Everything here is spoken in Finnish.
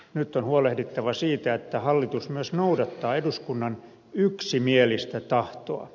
nyt on huolehdittava siitä että hallitus myös noudattaa eduskunnan yksimielistä tahtoa